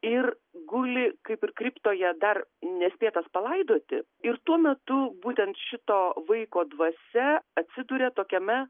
ir guli kaip ir kriptoje dar nespėtas palaidoti ir tuo metu būtent šito vaiko dvasia atsiduria tokiame